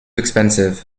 expensive